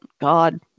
God